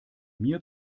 mir